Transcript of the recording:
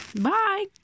Bye